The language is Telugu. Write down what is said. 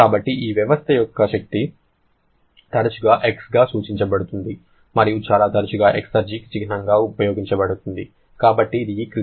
కాబట్టి ఈ వ్యవస్థ యొక్క శక్తి తరచుగా X గా సూచించబడుతుంది మరియు చాలా తరచుగా ఎక్సర్జికు చిహ్నంగా ఉపయోగించబడుతుంది